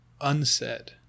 unsaid